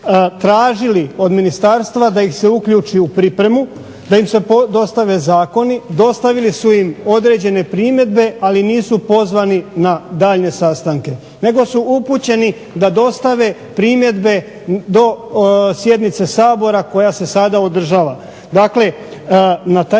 tražili od ministarstva da ih se uključi u pripremu, da im se dostave zakoni. Dostavili su im određen primjedbe, ali nisu pozvani na daljnje sastanke nego su upućeni da dostave primjedbe do sjednice Sabora koja se sada održava.